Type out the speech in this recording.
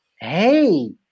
Hey